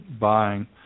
buying